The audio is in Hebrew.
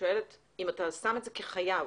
אם אתה שם את זה כחייב,